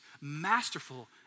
masterful